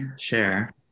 share